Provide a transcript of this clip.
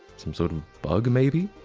some sort of bug maybe?